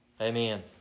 Amen